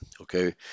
Okay